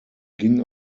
ging